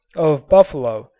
of buffalo,